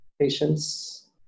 patients